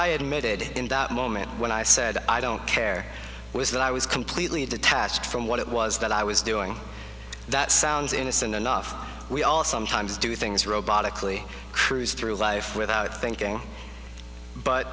i admitted in that moment when i said i don't care was that i was completely detached from what it was that i was doing that sounds innocent enough we all sometimes do things robotically cruise through life without thinking but